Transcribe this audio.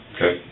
Okay